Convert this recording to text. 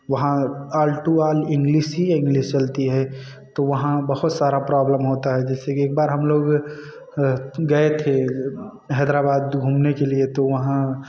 वहाँ all to all English ही English चलती है तो वहाँ बहुत सारा प्रॉब्लम होता है जैसे कि एकबार हम लोग गए थे हैदराबाद घूमने के लिए तो वहाँ